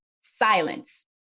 silence